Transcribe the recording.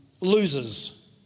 losers